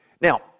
Now